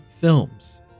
films